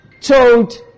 told